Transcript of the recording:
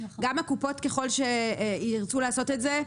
גם הקופות, ככל שירצו לעשות את זה.